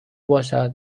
باشد